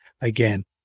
again